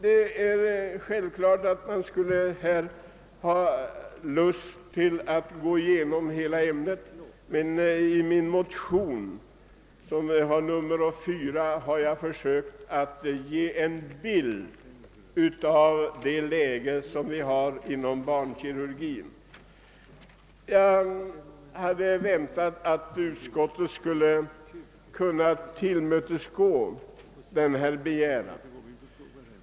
Det är självklart att man skulle ha lust att gå igenom hela ämnet, men i min motion, vilken har nr 4 i denna kammare, har jag försökt att ge en bild av det läge som råder inom barnkirurgin. Jag hade väntat att utskottet skulle tillmötesgå min begäran.